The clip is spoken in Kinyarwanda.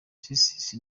sisi